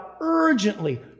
urgently